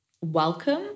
welcome